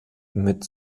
mit